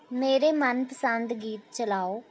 ਮੇਰਾ ਮਨਪਸੰਦ ਗੀਤ ਚਲਾਉ